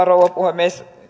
rouva puhemies